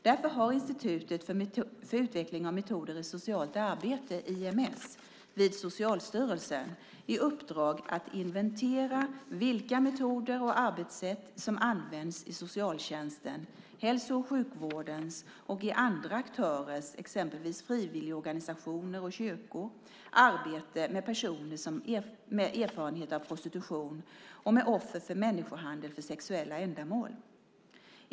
Därför har Institutet för utveckling av metoder i socialt arbete, IMS, vid Socialstyrelsen i uppdrag att inventera vilka metoder och arbetssätt som används i socialtjänstens, hälso och sjukvårdens och andra aktörers, exempelvis frivilligorganisationers och kyrkors, arbete med personer med erfarenhet av prostitution och med offer för människohandel för sexuella ändamål.